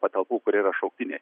patalpų kur yra šauktiniai